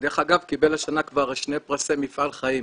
שקיבל השנה כבר שני פרסי מפעל חיים,